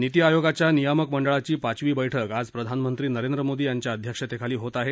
नीती आयोगाच्या नियामक मंडळाची पाचवी बैठक आज प्रधानमंत्री नरेंद्र मोदी यांच्या अध्यक्षतेखाली होत आहे